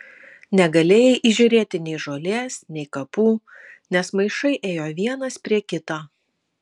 negalėjai įžiūrėti nei žolės nei kapų nes maišai ėjo vienas prie kito